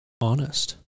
honest